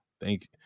thank